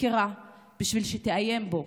החקירה כדי לעיין בו.